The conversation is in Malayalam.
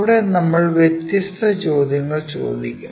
അവിടെ നമ്മൾ വ്യത്യസ്ത ചോദ്യങ്ങൾ ചോദിക്കും